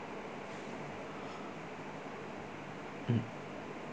mm